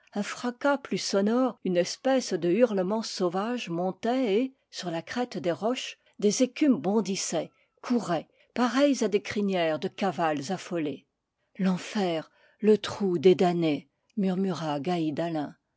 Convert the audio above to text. fracas plus sonore une espèce de hurlement sauvage montait et sur la crête des roches des écumes bondissaient couraient pareilles à des crinières de cavales affolées nfer le trou des damnés murmura gaïd alain